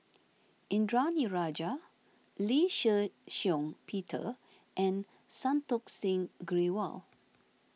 Indranee Rajah Lee Shih Shiong Peter and Santokh Singh Grewal